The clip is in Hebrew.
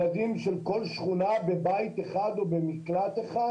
כל ילדי השכונה בבית אחד או במקלט אחד,